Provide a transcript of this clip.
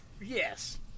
Yes